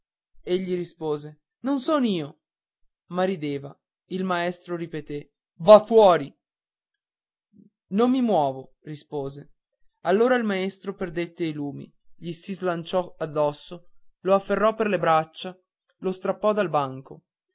scuola egli rispose non son io ma rideva il maestro ripeté va fuori non mi muovo rispose allora il maestro perdette i lumi gli si lanciò addosso lo afferrò per le braccia lo strappò dal banco